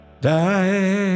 die